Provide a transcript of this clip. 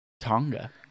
Tonga